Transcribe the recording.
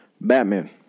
Batman